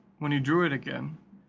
when he drew it again,